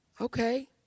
okay